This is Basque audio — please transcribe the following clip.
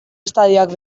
estadioak